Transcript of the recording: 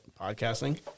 podcasting